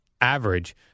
average